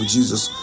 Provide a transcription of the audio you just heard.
Jesus